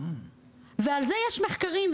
ועל זה יש מחקרים,